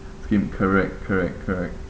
him correct correct correct